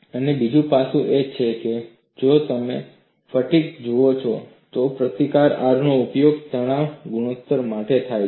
અને બીજું પાસું એ છે કે જો તમે ફટીગ જુઓ છો તો પ્રતીક R નો ઉપયોગ તણાવ ગુણોત્તર માટે થાય છે